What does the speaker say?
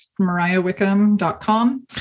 MariahWickham.com